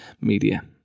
media